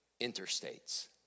interstates